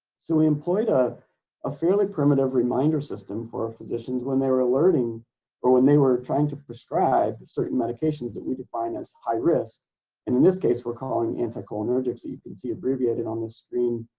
so we employed a ah fairly primitive reminder system for our physicians when they were alerting or when they were trying to prescribe certain medications that we define as high-risk and in this case we're calling anticholinergic so you can see abbreviated on the screen